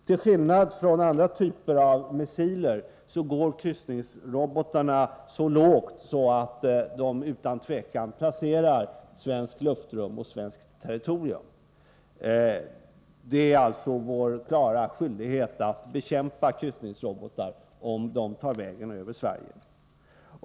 Till skillnad från andra typer av missiler går kryssningsrobotar så lågt att de utan vidare passerar svenskt luftrum och svenskt territorium. Det är alltså vår klara skyldighet att bekämpa kryssningsrobotar om de tar vägen över Sverige.